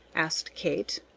asked kate.